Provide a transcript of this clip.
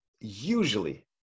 usually